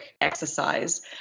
exercise